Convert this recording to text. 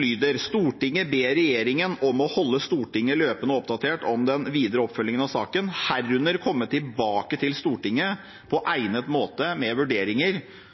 lyder: «Stortinget ber regjeringen om å holde Stortinget løpende oppdatert om den videre oppfølging av saken, herunder komme tilbake til Stortinget på egnet måte med vurderinger